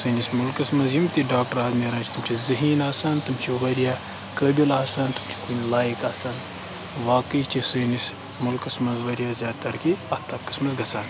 سٲنِس مُلکَس منٛز یِم تہِ ڈاکٹر اَز نیران چھِ تِم چھِ ذہیٖن آسان تِم چھِ واریاہ قٲبِل آسان تہٕ تِم چھِ کُنہِ لایق آسان واقعی چھِ سٲنِس مُلکَس منٛز واریاہ زیادٕ ترقی اَتھ طبقَس مَنٛز گژھان